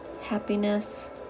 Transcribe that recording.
happiness